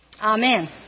Amen